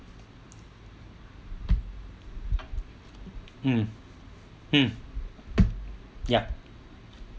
mm mm ya